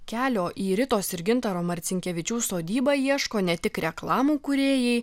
kelio į ritos ir gintaro marcinkevičių sodybą ieško ne tik reklamų kūrėjai